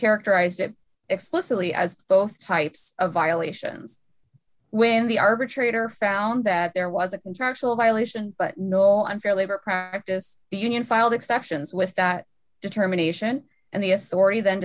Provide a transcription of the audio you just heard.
characterized it explicitly as both types of violations when the arbitrator found that there was a contractual violation but no unfair labor practice the union filed exceptions with that determination and the authority then